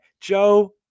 Joe